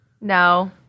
No